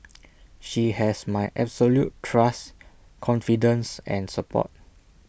she has my absolute trust confidence and support